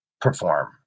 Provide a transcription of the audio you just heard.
perform